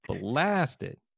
blasted